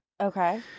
Okay